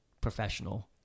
professional